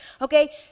okay